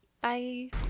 bye